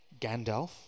Gandalf